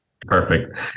Perfect